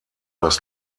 das